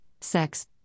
sex